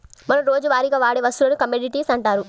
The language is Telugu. మనం రోజువారీగా వాడే వస్తువులను కమోడిటీస్ అంటారు